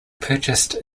purchased